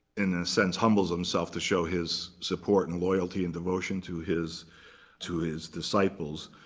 in a sense, humbles himself to show his support and loyalty and devotion to his to his disciples.